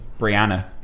Brianna